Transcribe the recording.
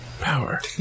power